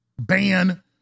ban